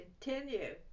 continue